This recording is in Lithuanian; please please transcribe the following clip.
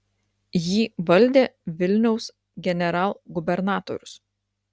jį valdė vilniaus generalgubernatorius